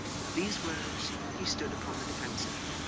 with these words he stood upon the defensive.